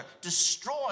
destroy